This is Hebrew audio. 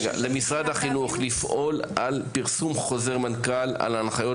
למשרד החינוך, לפעול לפרסום חוזר מנכ"ל על הנחיות